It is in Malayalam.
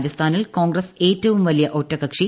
രാജസ്ഥാനിൽ കോൺഗ്രസ് ഏറ്റവും വലിയ ഒറ്റകക്ഷി